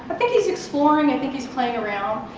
think he's exploring, i think he's playing around.